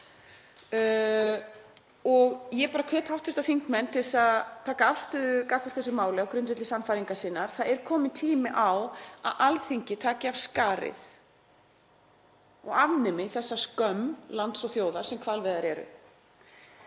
Ég hvet hv. þingmenn til að taka afstöðu gagnvart þessu máli á grundvelli sannfæringar sinnar. Það er kominn tími á að Alþingi taki af skarið og afnemi þessa skömm lands og þjóðar sem hvalveiðar eru.